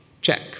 check